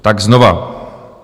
Tak znova.